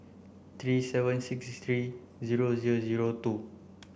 three seven six three zero zero zero two